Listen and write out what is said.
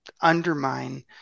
undermine